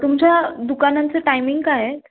तुमच्या दुकानांचं टायमिंग काय आहे